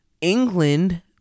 England